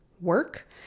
work